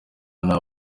nta